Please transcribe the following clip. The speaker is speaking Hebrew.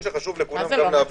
עוד נתון שחשוב להבין,